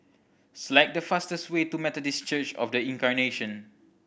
select the fastest way to Methodist Church Of The Incarnation